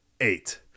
eight